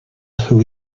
who